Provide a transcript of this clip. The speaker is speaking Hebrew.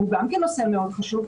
שהוא גם כן נושא מאוד חשוב,